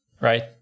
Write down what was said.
right